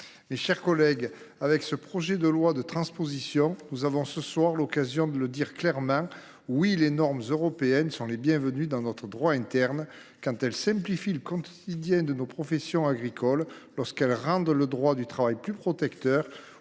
prouver l’inverse. Avec ce projet de loi de transposition, nous avons ce soir l’occasion de le dire clairement : oui, les normes européennes sont les bienvenues dans notre droit interne quand elles simplifient le quotidien de nos professions agricoles, lorsqu’elles rendent le droit du travail plus protecteur